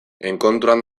enkontruan